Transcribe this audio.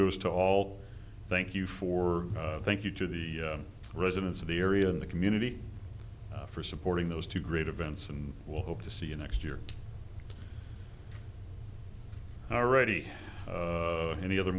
os to all thank you for thank you to the residents of the area and the community for supporting those two great events and we'll hope to see you next year already of any other